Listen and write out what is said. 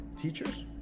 teachers